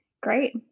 Great